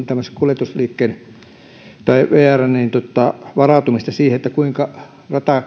tämmöisen kuljetusliikkeen tai vrn varautumista siihen kuinka